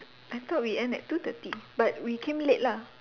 I thought we end at two thirty but we came late lah